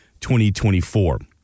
2024